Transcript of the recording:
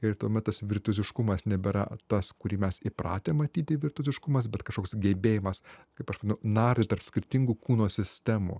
ir tuomet tas virtuoziškumas nebėra tas kurį mes įpratę matyti virtuoziškumas bet kažkoks gebėjimas kaip aš vadinu nardė tarp skirtingų kūno sistemų